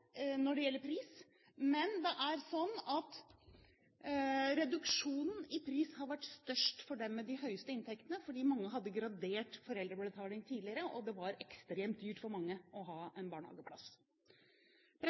pris har vært størst for dem med de høyeste inntektene, fordi mange hadde gradert foreldrebetaling tidligere, og det var ekstremt dyrt for mange å ha